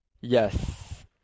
Yes